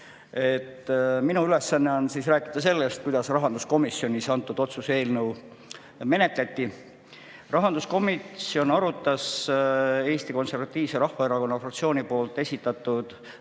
Minu ülesanne on rääkida sellest, kuidas rahanduskomisjonis antud otsuse eelnõu menetleti. Rahanduskomisjon arutas Eesti Konservatiivse Rahvaerakonna fraktsiooni esitatud